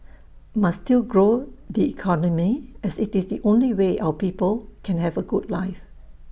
must still grow the economy as IT is the only way our people can have A good life